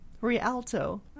Rialto